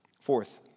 Fourth